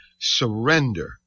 surrender